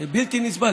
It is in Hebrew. זה בלתי נסבל.